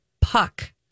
puck